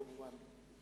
כמובן,